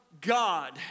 God